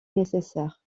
nécessaires